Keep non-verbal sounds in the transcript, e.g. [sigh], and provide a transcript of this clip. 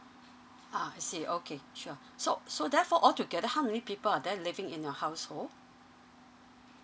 ah I see okay sure [breath] so so therefore all together how many people are there living in your household